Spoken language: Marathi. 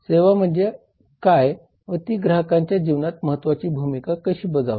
सेवा म्हणजे काय व ती ग्राहकांच्या जीवनात महत्वाची भूमिका कशी बजावते